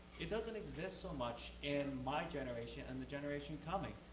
it doesn't exist so much in my generation and the generation coming.